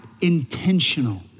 intentional